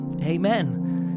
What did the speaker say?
amen